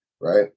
right